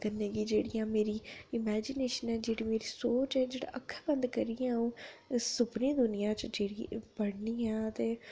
ते कन्नै गे जेह्ड़ी मेरी इमेजिनेशन ऐ जेह्ड़ी मेरी सोच ऐ जेह्ड़ी अक्खां बंद करियै अ'ऊं सुपने बुनियै पढ़नी आं